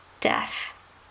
death